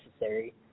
necessary